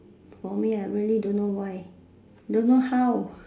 for me I really don't know why don't know how